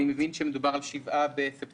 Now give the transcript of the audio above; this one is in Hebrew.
אני מבין שמדובר על 7 בספטמבר,